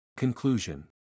Conclusion